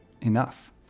enough